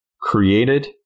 created